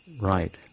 right